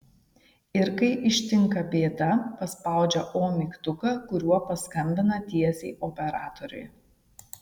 ir kai ištinka bėda paspaudžia o mygtuką kuriuo paskambina tiesiai operatoriui